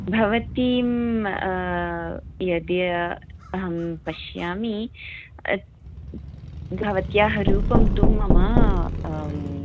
भवतीं यदि अहं पश्यामि भवत्याः रूपं तु मम